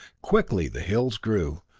quickly the hills grew,